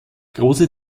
große